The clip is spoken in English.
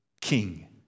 King